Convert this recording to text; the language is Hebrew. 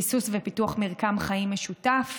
ביסוס ופיתוח מרקם חיים משותף,